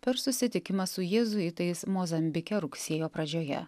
per susitikimą su jėzuitais mozambike rugsėjo pradžioje